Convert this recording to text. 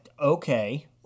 Okay